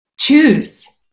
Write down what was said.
Choose